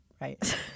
Right